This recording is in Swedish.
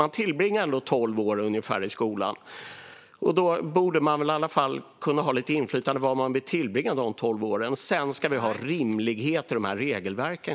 Man tillbringar ändå ungefär tolv år i skolan, och då borde man väl i alla fall kunna ha lite inflytande över var man vill tillbringa dessa tolv år. Sedan ska vi självklart ha rimlighet i regelverken.